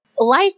Life